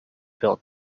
built